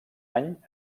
any